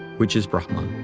which is brahman.